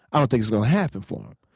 i don't think it's gonna happen for him.